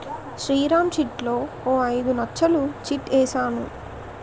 శ్రీరామ్ చిట్లో ఓ ఐదు నచ్చలు చిట్ ఏసాను